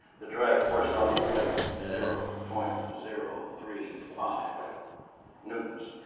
the direct force on the flight, zero point zero three five newtons.